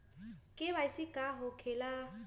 KYC का हो के ला?